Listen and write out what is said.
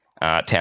town